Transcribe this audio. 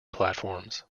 platforms